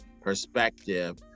perspective